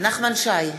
נחמן שי,